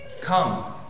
Come